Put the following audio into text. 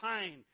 pain